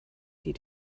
die